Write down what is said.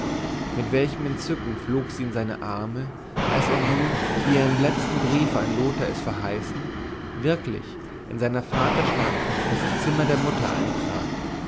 mit welchem entzücken flog sie in seine arme als er nun wie er im letzten briefe an lothar es verheißen wirklich in seiner vaterstadt ins zimmer der mutter eintrat